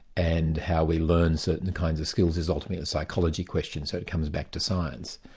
and how we learn certain kinds of skills is ultimately a psychology question, so it comes back to science.